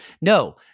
No